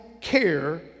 care